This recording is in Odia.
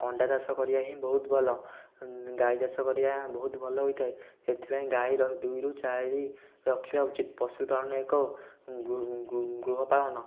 ଅଣ୍ଡା ଚାଷ କରିବା ହିଁ ବହୁତ ଭଲ ଗାଈ ଚାଷ କରିବା ବହୁତ ଭଲ ହୋଇଥାଏ ଏଥିପାଇଁ ଗାଈର ଦୁଇରୁ ଚାରି ରଖିବା ଉଚିତ ପଶୁପାଳନ ଏକ ଗୃହପାଳନ